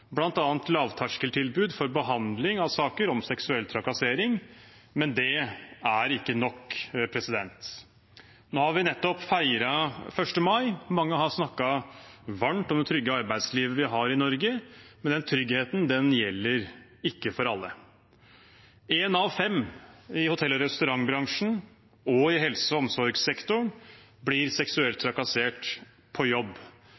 lavterskeltilbud for behandling av saker om seksuell trakassering, men det er ikke nok. Nå har vi nettopp feiret 1. mai, og mange har snakket varmt om det trygge arbeidslivet vi har i Norge, men den tryggheten gjelder ikke for alle. Én av fem i hotell- og restaurantbransjen og i helse- og omsorgssektoren blir seksuelt trakassert på jobb.